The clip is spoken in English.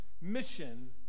mission